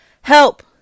help